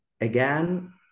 again